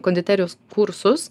konditerijos kursus